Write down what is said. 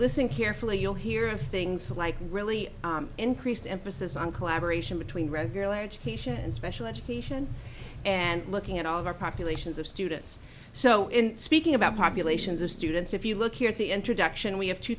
listen carefully you'll hear of things like really increased emphasis on collaboration between regulated patient and special education and looking at all of our populations of students so in speaking about populations of students if you look here at the introduction we have two